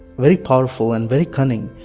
very powerful and very cunning,